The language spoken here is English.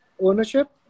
ownership